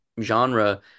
genre